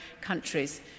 countries